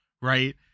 right